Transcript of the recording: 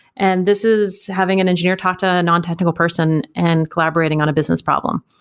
and this is having an engineer talk to a a non-technical person and collaborating on a business problem.